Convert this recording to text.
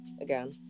again